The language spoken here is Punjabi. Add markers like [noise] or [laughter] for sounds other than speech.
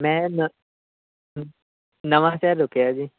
ਮੈਂ ਨ [unintelligible] ਨਵਾਂਸ਼ਹਿਰ ਰੁਕਿਆ ਜੀ